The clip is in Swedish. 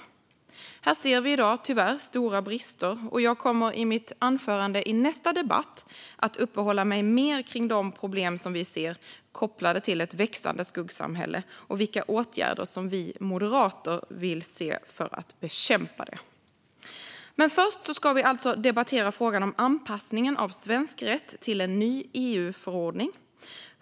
Tyvärr ser vi i dag stora brister här, och jag kommer i mitt anförande i nästa debatt att uppehålla mig mer vid de problem som vi ser är kopplade till ett växande skuggsamhälle och vilka åtgärder vi moderater vill se för att bekämpa dessa. Men först ska vi alltså debattera frågan om anpassningen av svensk rätt till en ny EU-förordning.